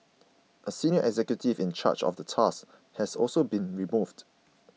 a senior executive in charge of the task has also been removed